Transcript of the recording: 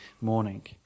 morning